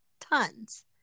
tons